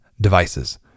devices